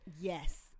yes